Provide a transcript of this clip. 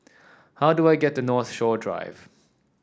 how do I get to Northshore Drive